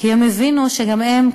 כי הם הבינו שגם הם,